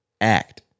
act